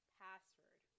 password